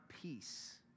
peace